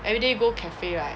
everyday go cafe right